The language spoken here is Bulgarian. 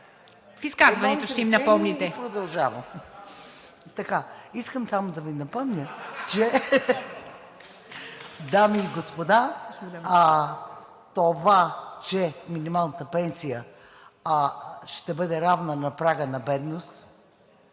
В изказването ще им напомните. МИКА ЗАЙКОВА: Искам само да Ви напомня, дами и господа, това, че минималната пенсия ще бъде равна на прага на бедност